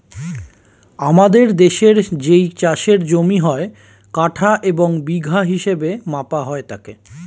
আমাদের দেশের যেই চাষের জমি হয়, কাঠা এবং বিঘা হিসেবে মাপা হয় তাকে